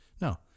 No